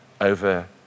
over